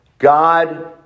God